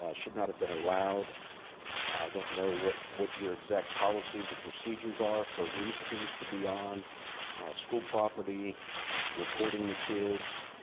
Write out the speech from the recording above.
ah should not have been allowed. i don't know what what your exact policies or procedures are for news crews to be on school property recording the kids.